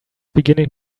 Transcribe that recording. beginning